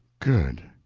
good!